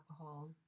alcohol